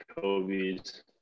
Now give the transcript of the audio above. Kobe's